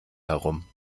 herum